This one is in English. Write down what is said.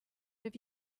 have